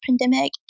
pandemic